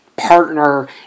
partner